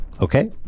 Okay